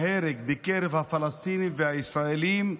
להרג בקרב הפלסטינים והישראלים,